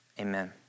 amen